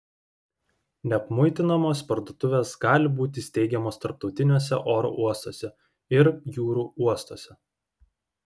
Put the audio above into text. neapmuitinamos parduotuvės gali būti steigiamos tarptautiniuose oro uostuose ir jūrų uostuose